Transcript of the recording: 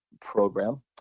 program